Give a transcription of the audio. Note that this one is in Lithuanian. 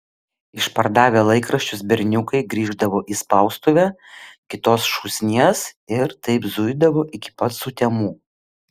išpardavę laikraščius berniukai grįždavo į spaustuvę kitos šūsnies ir taip zuidavo iki pat sutemų